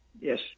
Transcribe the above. Yes